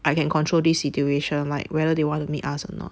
I can control this situation like whether they want to meet us or not